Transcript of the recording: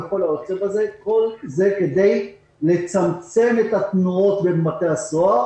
וזאת כדי לצמצם את התנועות בין בתי הסוהר